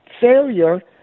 failure